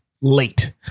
late